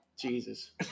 Jesus